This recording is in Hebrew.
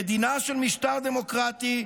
במדינה של משטר דמוקרטי,